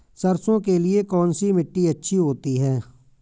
सरसो के लिए कौन सी मिट्टी अच्छी होती है?